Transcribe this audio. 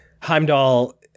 Heimdall